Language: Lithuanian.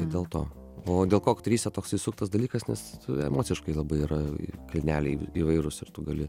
dėl to o dėl ko aktorystė toksai suktas dalykas nes emociškai labai yra kalneliai įvairūs ir tu gali